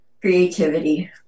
creativity